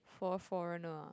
four foreigner